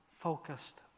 focused